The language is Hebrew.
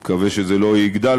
אני מקווה שזה לא יגדל,